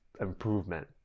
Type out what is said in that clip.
improvement